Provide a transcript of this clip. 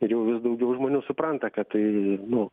ir jau vis daugiau žmonių supranta kad tai nu